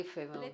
מוקד יפה מאוד.